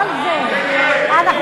סעיף 57, כהצעת הוועדה, נתקבל.